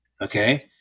Okay